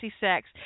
sex